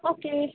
okay